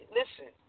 listen